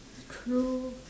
true